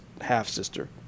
half-sister